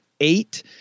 eight